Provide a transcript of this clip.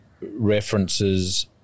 references